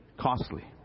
costly